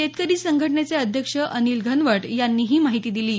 शेतकरी संघटनेचे अध्यक्ष अनिल घनवट यांनी ही माहिती दिली आहे